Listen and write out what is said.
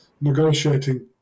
negotiating